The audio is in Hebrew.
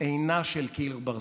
אינה של קיר ברזל,